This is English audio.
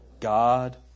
God